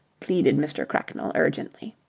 pleaded mr. cracknell, urgently.